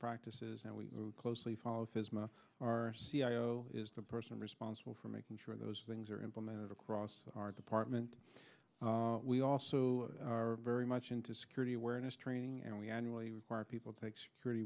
practices and we closely follow his mouth our c e o is the person responsible for making sure those things are implemented across our department we also are very much into security awareness training and we annually require people to take security